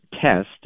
test